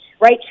right